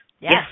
Yes